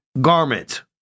garment